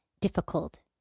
difficult